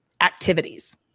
activities